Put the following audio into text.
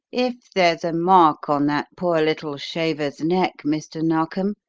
if there's a mark on that poor little shaver's neck, mr. narkom,